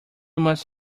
must